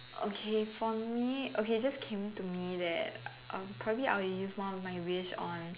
okay for me okay it just came to me that um probably I'll use one of my wish on